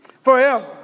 forever